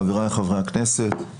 חבריי חברי הכנסת,